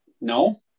No